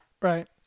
Right